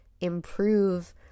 improve